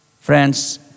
Friends